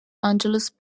angeles